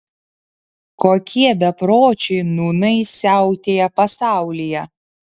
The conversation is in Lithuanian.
kokie bepročiai nūnai siautėja pasaulyje